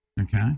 Okay